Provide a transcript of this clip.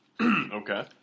Okay